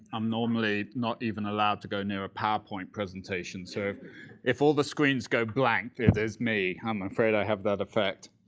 i'm normally not even allowed to go near a powerpoint presentation. so if if all the screens go blank, it is me. i'm afraid i have that effect.